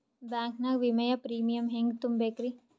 Bank ನಾಗ ವಿಮೆಯ premium ಹೆಂಗ್ ತುಂಬಾ ಬೇಕ್ರಿ?